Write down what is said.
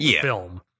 film